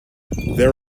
there